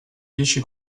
dieci